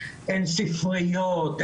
אין ספריות,